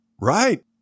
Right